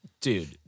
Dude